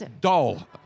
dull